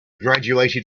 graduated